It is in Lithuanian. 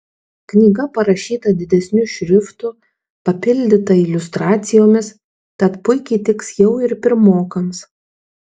knyga parašyta didesniu šriftu papildyta iliustracijomis tad puikiai tiks jau ir pirmokams